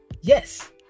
Yes